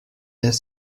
est